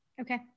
Okay